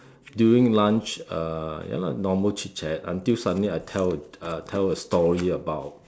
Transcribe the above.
during lunch uh ya lah normal chit chat until suddenly I tell uh tell a story about